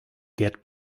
get